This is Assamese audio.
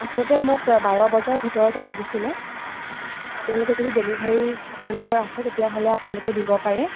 আচলতে মোক বাৰ বজাৰ ভিতৰতে লাগিছিলে আপোনলোকে যদি ডেলিভাৰী আপোনালোকৰ আছে তেতিয়াহ'লে আপোনালোকে দিব পাৰে